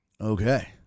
Okay